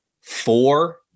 four